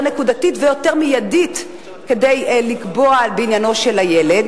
נקודתית ויותר מיידית כדי לקבוע בעניינו של הילד,